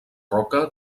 roca